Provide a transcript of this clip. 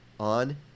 on